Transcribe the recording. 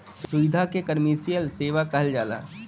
सुविधा के कमर्सिअल सेवा कहल जाला